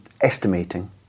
estimating